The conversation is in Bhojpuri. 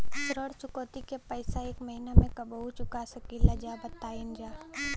ऋण चुकौती के पैसा एक महिना मे कबहू चुका सकीला जा बताईन जा?